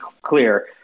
clear